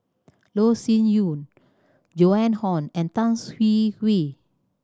Loh Sin Yun Joan Hon and Tan Hwee Hwee